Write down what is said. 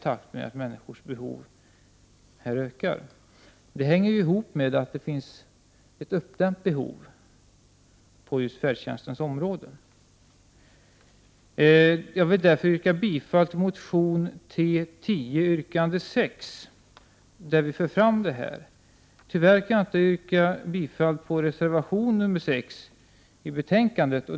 Det hela hänger ihop med att det finns ett uppdämt behov av just färdtjänst. Jag vill därför yrka bifall till motion 1988/89:T10, yrkande 6, där vi framför våra förslag. Tyvärr kan jag inte yrka bifall till reservation 6 i betänkandet.